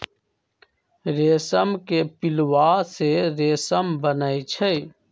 रेशम के पिलुआ से रेशम बनै छै